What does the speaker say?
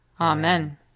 Amen